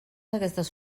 aquestes